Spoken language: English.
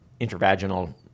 intravaginal